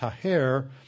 taher